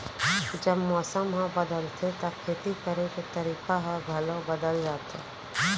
जब मौसम ह बदलथे त खेती करे के तरीका ह घलो बदल जथे?